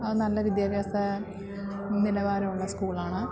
അത് നല്ല വിദ്യാഭ്യാസം നിലവാരമുള്ള സ്കൂളാണ്